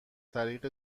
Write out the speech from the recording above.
طریق